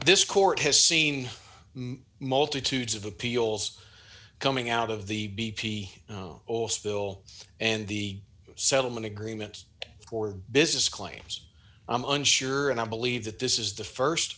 this court has seen multitudes of appeals coming out of the b p oil spill and the settlement agreements or business claims i'm unsure and i believe that this is the